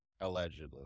allegedly